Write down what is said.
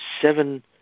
seven